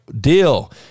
deal